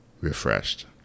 refreshed